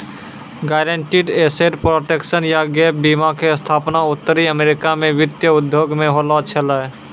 guaranteed asset protection या gap बीमा के स्थापना उत्तरी अमेरिका मे वित्तीय उद्योग मे होलो छलै